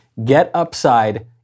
GetUpside